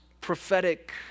prophetic